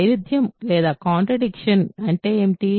వైరుధ్యం ఏమిటి